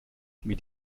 mit